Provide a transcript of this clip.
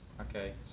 Okay